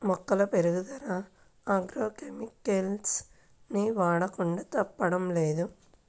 మొక్కల పెరుగుదల agro chemicals ని వాడకుండా తప్పడం లేదు